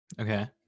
Okay